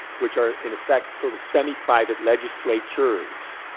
which are in effect sort of semi-private legislatures,